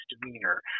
misdemeanor